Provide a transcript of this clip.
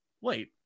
wait